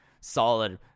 solid